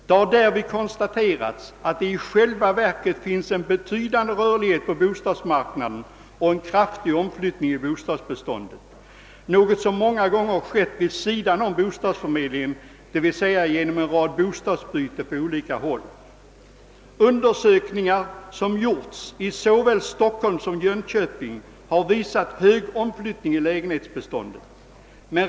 Det har därvid konstaterats att det i själva verket finns en betydande rörlighet på bostadsmarknaden och att det förekommer en kraftig omflyttning i bostadsbeståndet, något som många gånger sker vid sidan av bostadsförmedlingen genom en rad bostadsbyten på olika håll. Undersökningar som gjorts i såväl Stockholm som Jönköping har visat en hög omflyttningsfrekvens i lägenhetsbeståndet.